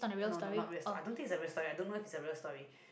no no not real I don't think it's a real story I don't know if it's a real story